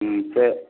ம் சரி